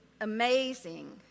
amazing